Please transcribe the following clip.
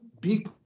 Big